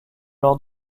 lors